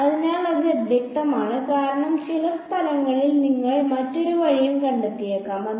അതിനാൽ അത് അവ്യക്തമാണ് കാരണം ചില സ്ഥലങ്ങളിൽ നിങ്ങൾ മറ്റൊരു വഴിയും കണ്ടെത്തിയേക്കാം